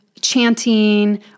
chanting